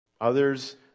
Others